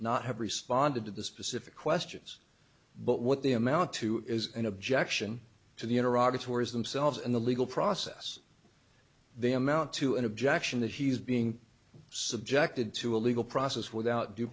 not have responded to the specific questions but what the amount to is an objection to the iraq tours themselves in the legal process they amount to an objection that he's being subjected to a legal process without due